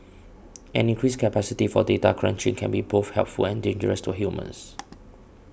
an increasing capacity for data crunching can be both helpful and dangerous to humans